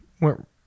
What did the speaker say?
Went